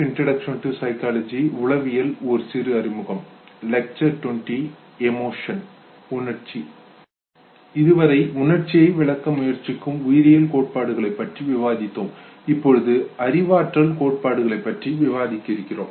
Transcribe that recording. இதுவரை உணர்ச்சியை விளக்க முயற்சிக்கும் உயிரியல் கோட்பாடுகளைப் பற்றி விவாதித்தோம் இப்போது அறிவாற்றல் கோட்பாடுகள் பற்றி விவாதிக்க இருக்கிறோம்